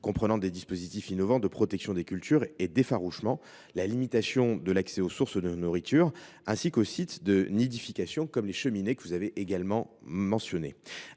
comprenant des dispositifs innovants de protection des cultures et d’effarouchement et la limitation de l’accès aux sources de nourriture, ainsi qu’aux sites de nidification comme les cheminées. Afin de mettre